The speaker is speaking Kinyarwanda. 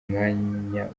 mwanya